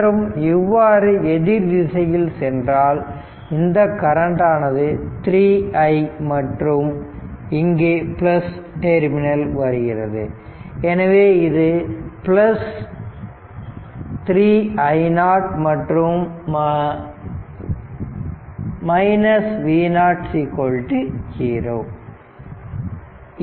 மற்றும் இவ்வாறு எதிர்திசையில் சென்றால் இந்த கரண்ட் ஆனது 3 i மற்றும் இங்கே பிளஸ் டெர்மினல் வருகிறது எனவே இது 3 i0 மற்றும் V0 0 ஆகும்